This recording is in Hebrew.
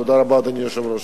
תודה רבה, אדוני היושב-ראש.